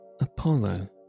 Apollo